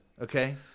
Okay